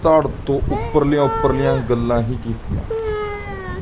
ਧੜ੍ਹ ਤੋਂ ਉੱਪਰਲੀਆਂ ਉੱਪਰਲੀਆਂ ਗੱਲਾਂ ਹੀ ਕੀਤੀਆਂ